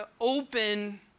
open